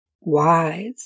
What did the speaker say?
wise